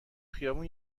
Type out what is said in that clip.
خیابون